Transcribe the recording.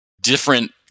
different